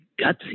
gutsy